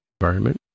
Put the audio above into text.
environment